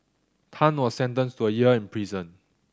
Tan was sentenced to a year in prison